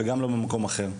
וגם לא במקום אחר.